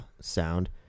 sound